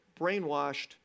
brainwashed